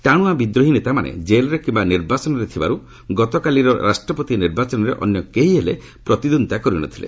ଟାଣୁଆ ବିଦ୍ରୋହୀ ନେତାମାନେ ଜେଲ୍ରେ କିମ୍ବା ନିର୍ବାସନରେ ଥିବାରୁ ଗତକାଲିର ରାଷ୍ଟ୍ରପତି ନିର୍ବାଚନରେ ଅନ୍ୟ କେହି ପ୍ରତିଦ୍ୱନ୍ଦ୍ୱିତା କରିନଥିଲେ